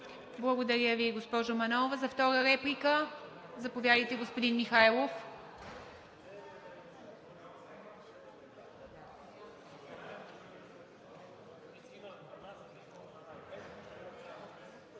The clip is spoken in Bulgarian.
Благодаря Ви, госпожо Манолова. За втора реплика – заповядайте, господин Михайлов.